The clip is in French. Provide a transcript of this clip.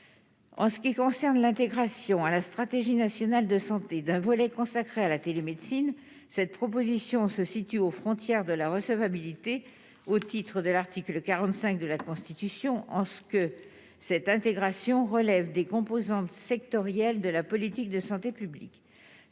en ce qui concerne l'intégration à la stratégie nationale de santé d'un volet consacré à la télémédecine cette proposition se situe aux frontières de la recevabilité au titre de l'article 45 de la Constitution, en ce que cette intégration relève des composants sectoriel de la politique de santé publique,